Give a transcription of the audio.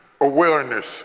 awareness